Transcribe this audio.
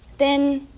then.